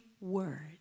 word